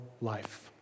life